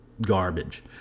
garbage